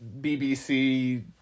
BBC